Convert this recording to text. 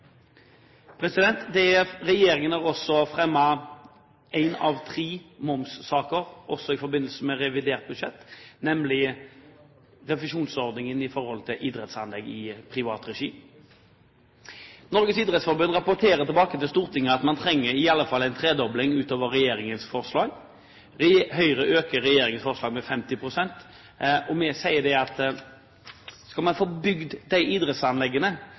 Regjeringen har også fremmet en av tre momssaker i forbindelse med revidert budsjett, nemlig refusjonsordningen for idrettsanlegg i privat regi. Norges idrettsforbund rapporterer tilbake til Stortinget at man trenger i alle fall en tredobling utover regjeringens forslag. Høyre øker regjeringens forslag med 50 pst., og vi sier at skal vi få bygd de idrettsanleggene,